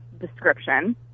description